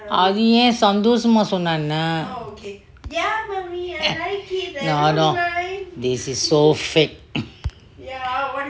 அது ஏன் அது சந்தோசமா சொன்னங்க என்ன:athu en athu santosamma sonnakka enna no no this is so fake